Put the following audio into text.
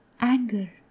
anger